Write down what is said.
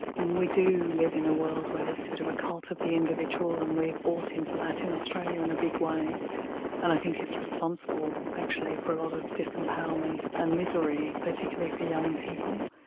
we do live in a world where there's a bit of a cult of the individual and we've bought into that in australia in a big way and i think it's responsible actually for a lot of disempowerment and misery, particularly for young people.